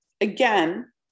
Again